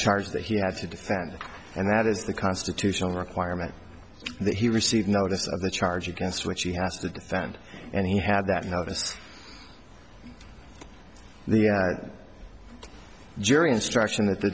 charge that he had to defend and that is the constitutional requirement that he received notice of the charge against which he has to defend and he had that noticed the jury instruction that the